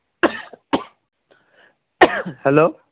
hello